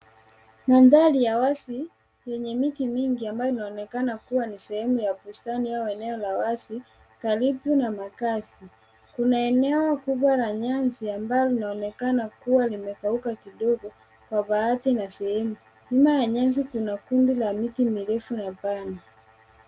Mandhari ya wazi yenye miti mingi ambayo inaonekana kuwa ni sehemu ya bustani au eneo la wazi karibu na makazi. Kuna eneo kubwa la nyasi ambayo inaonekana kuwa imekauka kidogo kwa baadhi na sehemu. Nyuma ya nyasi kuna kundi la miti mirefu na pana.